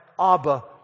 Abba